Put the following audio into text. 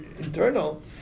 internal